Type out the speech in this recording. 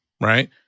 right